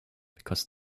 because